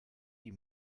die